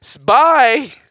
bye